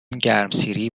گرمسیری